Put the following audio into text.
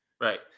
Right